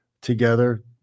together